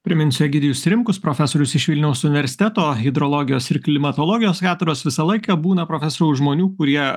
priminsiu egidijus rimkus profesorius iš vilniaus universiteto hidrologijos ir klimatologijos katedros visą laiką būna profesoriau žmonių kurie